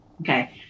Okay